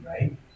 right